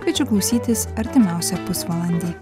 kviečiu klausytis artimiausią pusvalandį